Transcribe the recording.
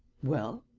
well,